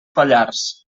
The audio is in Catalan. pallars